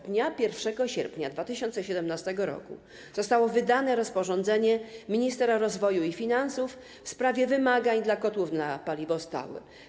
Dnia 1 sierpnia 2017 r. zostało wydane rozporządzenie ministra rozwoju i finansów w sprawie wymagań dla kotłów na paliwo stałe.